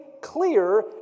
clear